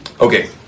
Okay